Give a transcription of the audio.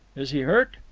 is he hurt?